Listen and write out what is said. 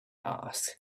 asked